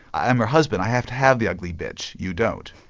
i am her husband, i have to have the ugly bitch you don't.